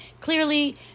Clearly